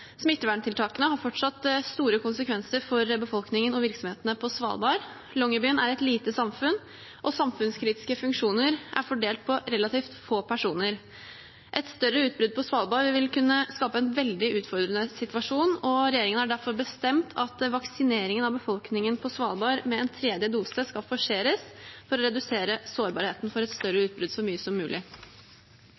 smitteverntiltakene har fortsatt store konsekvenser for befolkningen og virksomhetene på Svalbard. Longyearbyen er et lite samfunn, og samfunnskritiske funksjoner er fordelt på relativt få personer. Et større utbrudd på Svalbard vil kunne skape en veldig utfordrende situasjon, og regjeringen har derfor bestemt at vaksineringen av befolkningen på Svalbard med en tredje dose skal forseres for å redusere sårbarheten for et større